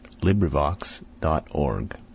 LibriVox.org